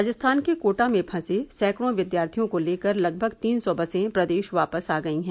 राजस्थान के कोटा में फंसे सैकड़ों विद्यार्थियों को लेकर लगभग तीन सौ बसें प्रदेश वापस आ गई हैं